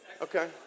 Okay